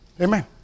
Amen